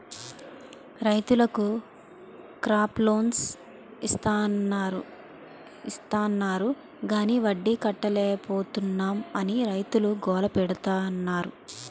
రైతులకు crop loans ఇస్తాన్నారు గాని వడ్డీ కట్టలేపోతున్నాం అని రైతులు గోల పెడతన్నారు